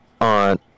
on